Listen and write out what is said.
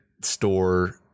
store